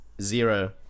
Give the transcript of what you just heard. zero